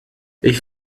ich